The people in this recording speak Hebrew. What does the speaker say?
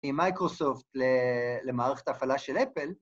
‫ממייקרוסופט ל...למערכת ההפעלה של אפל.